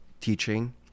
teaching